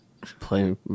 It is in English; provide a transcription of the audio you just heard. play